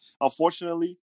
Unfortunately